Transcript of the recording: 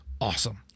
awesome